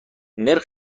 نرخ